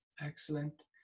Excellent